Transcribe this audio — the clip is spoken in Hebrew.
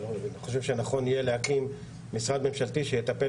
אבל אני חושב שנכון יהיה להקים משרד ממשלתי שיטפל